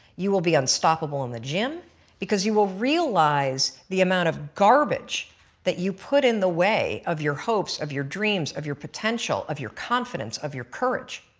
you will be unstoppable on the gym because you will realize the amount of garbage that you put in the way of your hopes, of your dreams, of your potential, of your confidence, of your courage.